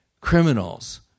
criminals